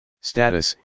Status